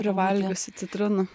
privalgiusi citrinų